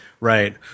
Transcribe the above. Right